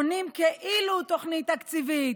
בונים כאילו-תוכנית תקציבית,